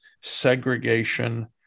segregation